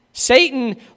Satan